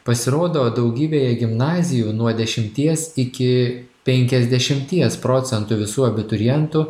pasirodo daugybėje gimnazijų nuo dešimties iki penkiasdešimties procentų visų abiturientų